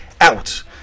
out